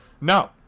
no